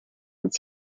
would